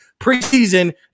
preseason